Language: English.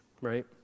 right